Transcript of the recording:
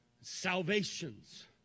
salvations